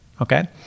Okay